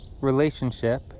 relationship